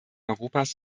europas